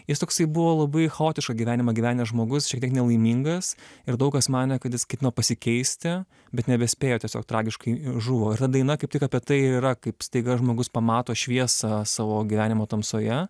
jis toksai buvo labai chaotišką gyvenimą gyvenęs žmogus šiek tiek nelaimingas ir daug kas manė kad jis ketino pasikeisti bet nebespėjo tiesiog tragiškai žuvo ir ta daina kaip tik apie tai yra kaip staiga žmogus pamato šviesą savo gyvenimo tamsoje